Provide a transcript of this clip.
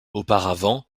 auparavant